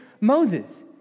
Moses